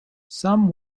some